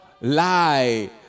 lie